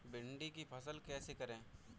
भिंडी की फसल कैसे करें?